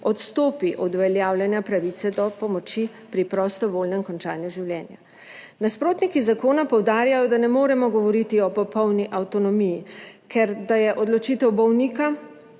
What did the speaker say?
odstopi od uveljavljanja pravice do pomoči pri prostovoljnem končanju življenja. Nasprotniki zakona poudarjajo, da ne moremo govoriti o popolni avtonomiji, ker da je odločitev bolnika,